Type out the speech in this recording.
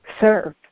serve